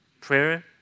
prayer